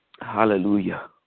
Hallelujah